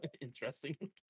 interesting